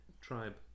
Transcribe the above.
tribe